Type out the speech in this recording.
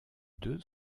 deux